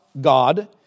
God